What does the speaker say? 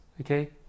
Okay